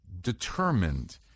determined